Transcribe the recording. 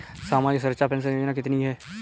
सामाजिक सुरक्षा पेंशन योजना कितनी हैं?